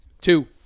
Two